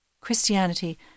Christianity